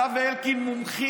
אתה קיבלת שוחד פר אקסלנס.